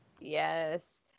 Yes